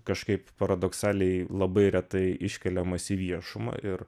kažkaip paradoksaliai labai retai iškeliamas į viešumą ir